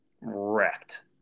wrecked